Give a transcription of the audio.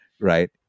right